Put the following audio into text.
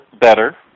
better